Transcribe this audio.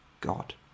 God